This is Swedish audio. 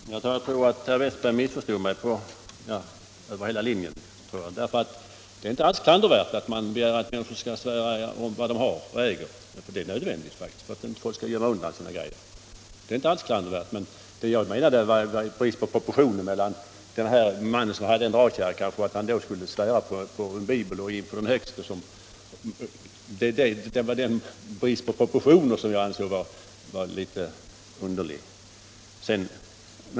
Herr talman! Jag tror att herr Westberg i Ljusdal missförstod mig över hela linjen. Det är inte alls klandervärt att begära att människor skall tala om vad de har och äger. Det är tvärtom nödvändigt för att de inte skall gömma undan sina grejor. Men jag menade att det var en brist på proportioner, när den där mannen kanske ägde en dragkärra men skulle svära på Bibeln och inför den högste. Det är en brist på proportioner som jag tycker är mycket underlig.